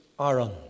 Aaron